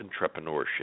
entrepreneurship